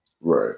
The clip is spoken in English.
Right